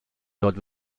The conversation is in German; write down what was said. dort